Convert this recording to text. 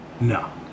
No